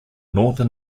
northern